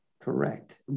Correct